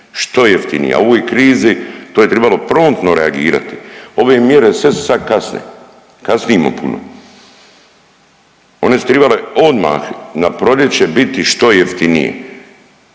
što jeftiniji. A u ovoj krizi, to je tribalo promptno reagirati. Ove mjere sve su sad kasne, kasnimo puno. One su tribale odmah na proljeće biti što jeftinije